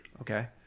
Okay